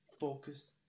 focused